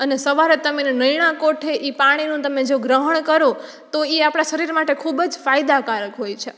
અને સવારે તમે એને નેણાં કોઠે ઈ પાણીનું જો તમે ગ્રહણ કરો તો ઈ આપણાં શરીર માટે ખૂબ જ ફાયદાકારક હોય છે